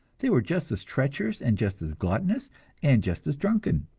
they were just as treacherous and just as gluttonous and just as drunken.